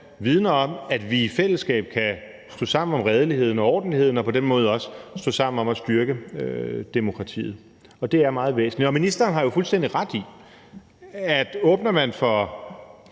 alt om, at vi i fællesskab kan stå sammen om redeligheden og ordentligheden og på den måde også stå sammen om at styrke demokratiet, og det er meget væsentligt. Ministeren har jo fuldstændig ret i, at åbner man for